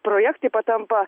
projektai patampa